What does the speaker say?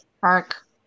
Park